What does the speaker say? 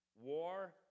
war